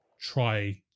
try